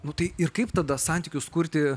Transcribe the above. nu tai ir kaip tada santykius kurti